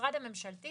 שהמשרד הממשלתי